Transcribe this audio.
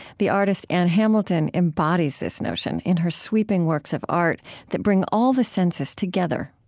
the artist ann hamilton embodies this notion in her sweeping works of art that bring all the senses together.